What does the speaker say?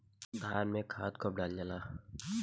धान में खाद कब डालल जाला?